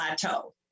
plateau